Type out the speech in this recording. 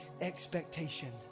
expectation